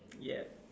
yep